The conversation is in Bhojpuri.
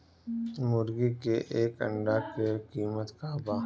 मुर्गी के एक अंडा के कीमत का बा?